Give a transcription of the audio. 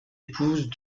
épouse